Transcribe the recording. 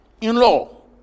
in-law